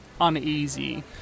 uneasy